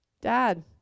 Dad